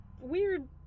weird